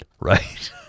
right